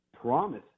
promise